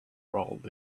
rolled